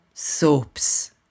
Soaps